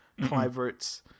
Cliverts